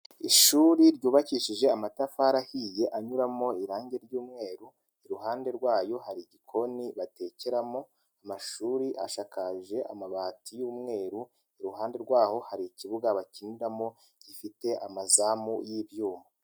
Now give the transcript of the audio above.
Ishuri ryuyubakishije amatafari ahiye anyuramo irange ry'umweru, iruhande rwayo hari igikoni batekeramo, amashuri ashakakaje amabati y'umweru, iruhande rwaho hari ikibuga bakiniramo gifite amazamu y'ibyuma.